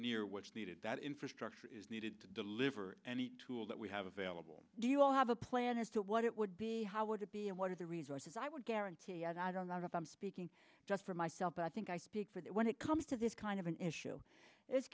near what is needed that infrastructure is needed to deliver any tool that we have available do you all have a plan as to what it would be how would it be and what are the reasons i would guarantee and i don't know if i'm speaking just for myself but i think i speak for that when it comes to this kind of an issue i